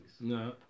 No